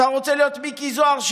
אתה רוצה להיות מיקי זוהר,